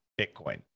Bitcoin